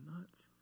nuts